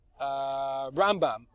Rambam